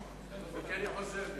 אוקיי, אני חוזר בי.